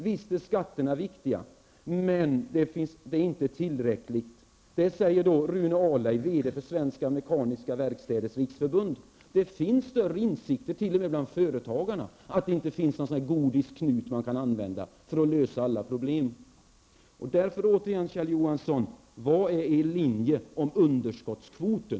Visst är skatterna viktiga, men det är inte tillräckligt, säger VD-n för Svenska mekaniska verkstäders riksförbund. Det finns större insikter t.o.m. bland företagarna om att det inte finns någon gordisk knut som kan användas för att lösa alla problem. Återigen, Kjell Johansson: Vad är er linje när det gäller underskottskvoten?